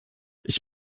ich